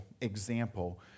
Example